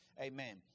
Amen